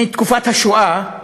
מתקופת השואה,